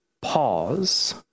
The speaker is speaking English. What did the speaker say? pause